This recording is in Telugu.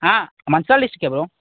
Mancherial district bro